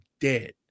Dead